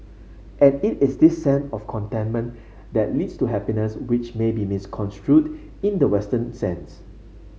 and it is this sense of contentment that leads to happiness which may be misconstrued in the Western sense